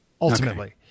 Ultimately